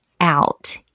out